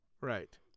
Right